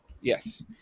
Yes